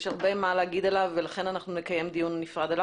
יש הרבה מה לומר עליו ולכן אנחנו נקיים דיון נפרד,